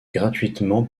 gratuitement